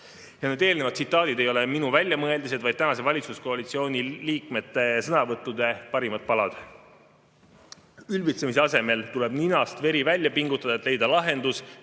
lähevad. Eelnevad tsitaadid ei ole minu väljamõeldised, vaid tänase valitsuskoalitsiooni liikmete sõnavõttude parimad palad. Ülbitsemise asemel tuleb ninast veri välja pingutada, et leida lahendus,